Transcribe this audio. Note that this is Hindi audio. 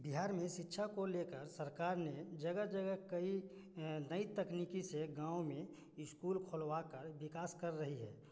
बिहार में शिक्षा को लेकर सरकार ने जगह जगह कई नई तकनीकी से गाँव में स्कूल खोलवा कर विकास कर रही है